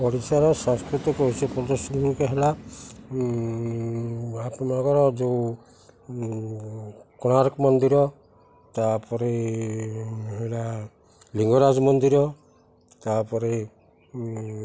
ଓଡ଼ିଶାର ସାଂସ୍କୃତିକ ଉଚ୍ଚ ପ୍ରଦର୍ଶନୀକ ହେଲା ଆପଣଙ୍କର ଯେଉଁ କୋଣାର୍କ ମନ୍ଦିର ତା'ପରେ ହେଲା ଲିଙ୍ଗରାଜ ମନ୍ଦିର ତା'ପରେ